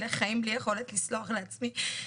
אלה חיים בלי יכולת לסלוח לעצמי,